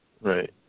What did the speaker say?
Right